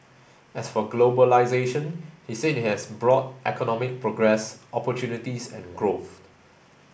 as for globalisation he said it has brought economic progress opportunities and growth